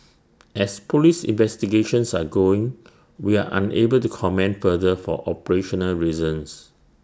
as Police investigations are going we are unable to comment further for operational reasons